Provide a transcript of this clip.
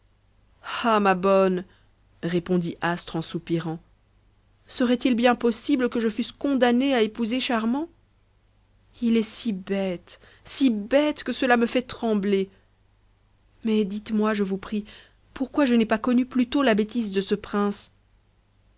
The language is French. ah ma bonne répondit astre en soupirant serait-il possible que je fusse condamnée à épouser charmant il est si bête si bête que cela me fait trembler mais dites-moi je vous prie pourquoi je n'ai pas connu plutôt la bêtise de ce prince